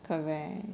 correct